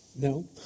No